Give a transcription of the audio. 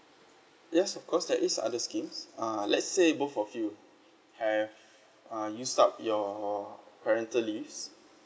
yes of course there is other schemes uh let's say both of you have uh used up your parental leaves